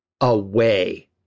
away